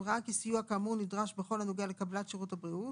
ראה כי סיוע כאמור נדרש בכל הנוגע לקבלת שירות הבריאות,